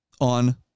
on